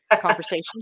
conversation